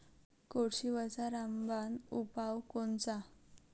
कोळशीवरचा रामबान उपाव कोनचा?